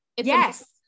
Yes